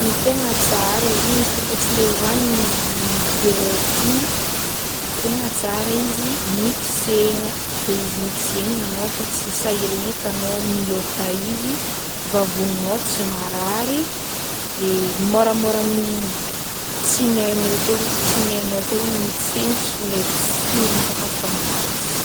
Ny tegna tsara zegny izy koa fa tsy le hohanigny izy direct igny tegna tsara izy mixegna de izy mixegna igny anao efa tsy sahiragna eky anao miôta izy vavoninao tsy marary de môramôra amin'ny tsinainao koa ze- tsinainao koa zegny mitsentsitry lay tsiron-tsakafo aminazy.